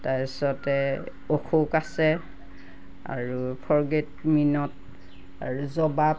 তাৰ পিছতে অশোক আছে আৰু ফৰগেট মি নট আৰু জবা